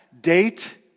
date